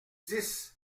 dix